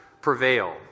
prevail